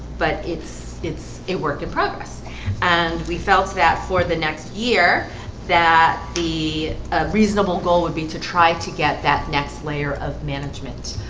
but it's it's a work in progress and we felt that for the next year that the reasonable goal would be to try to get that next layer of management